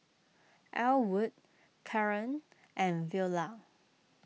Elwood Karan and Viola